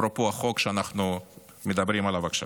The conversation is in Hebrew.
אפרופו החוק שאנחנו דנים עליו עכשיו.